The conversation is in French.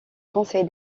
conseil